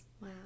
Wow